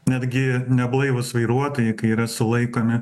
netgi neblaivūs vairuotojai kai yra sulaikomi